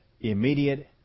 immediate